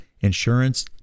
insurance